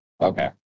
Okay